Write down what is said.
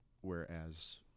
whereas